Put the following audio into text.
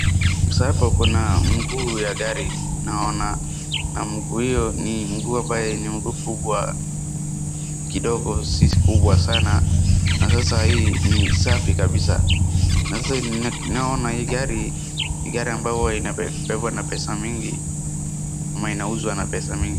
Sasa hapo kuna mguu ya gari naona na mguu hiyo ni mguu ambaye ni mguu kubwa kidogo si kubwa sana na sasa hii ni safi kabisa. Na sasa naona hii gari ni gari ambayo hua inabebwa na pesa mingi ama inauzwa na pesa mingi.